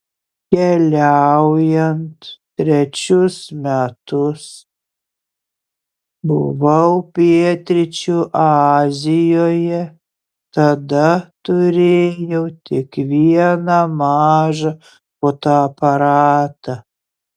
keliaujant trečius metus buvau pietryčių azijoje tada turėjau tik vieną mažą fotoaparatą